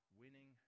winning